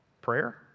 Prayer